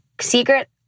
secret